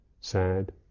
sad